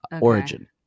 origin